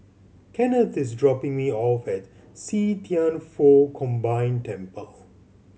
Kennth is dropping me off at See Thian Foh Combined Temple